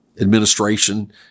administration